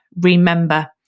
Remember